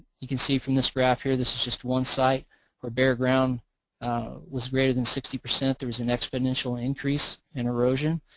you can see from this graph here. this is just one site where bare ground was greater than sixty. there was an exponential increase in erosion.